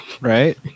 Right